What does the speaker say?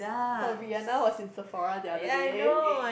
oh Rihanna was in Sephora the other day